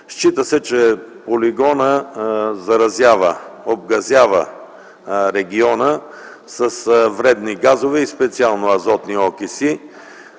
Смята се, че полигонът обгазява региона с вредни газови и специално с азотни окиси.